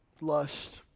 lust